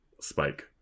Spike